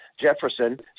Jefferson